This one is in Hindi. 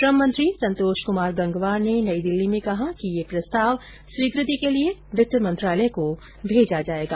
श्रम मंत्री संतोष कुमार गंगवार ने नई दिल्ली में कहा कि यह प्रस्ताव स्वीकृति के लिए वित्त मंत्रालय को भेजा जाएगा